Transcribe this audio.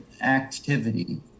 activity